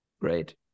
great